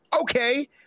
Okay